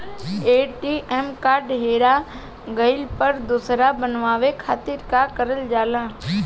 ATM card हेरा गइल पर दोसर बनवावे खातिर का करल जाला?